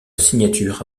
signature